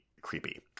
creepy